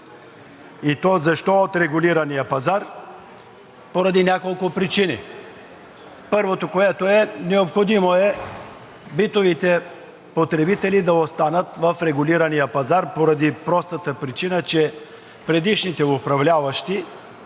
И то защо от регулирания пазар? Поради няколко причини. Първото, необходимо е битовите потребители да останат в регулирания пазар поради простата причина, че предишните управляващи,